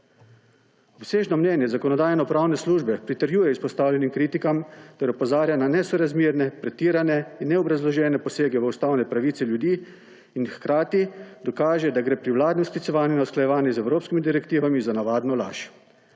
Obsežno mnenje Zakonodajno-pravne službe pritrjuje izpostavljenim kritikam ter opozarja na nesorazmerne, pretirane in neobrazložene posege v ustavne pravice ljudi in hkrati dokaže, da gre pri vladnem sklicevanju in usklajevanju z evropskimi direktivami za navadno laž.